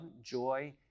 joy